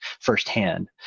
firsthand